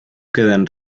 quedan